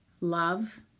love